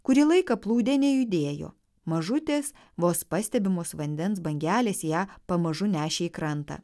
kurį laiką plūdė nejudėjo mažutės vos pastebimos vandens bangelės ją pamažu nešė į krantą